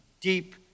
deep